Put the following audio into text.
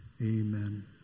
amen